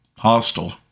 hostile